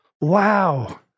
wow